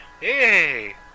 Hey